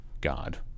God